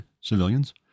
civilians